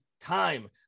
time